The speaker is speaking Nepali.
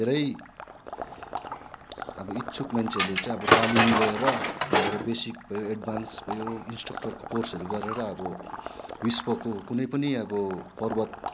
धेरै अब इच्छुक मान्छेहरूले चाहिँ अब तालिम लिएर त्यहाँबाट बेसिक भयो एड्भान्स भयो इन्सट्राक्टरको कोर्सहरू गरेर अब विश्वको कुनै पनि अब पर्वत